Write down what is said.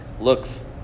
looks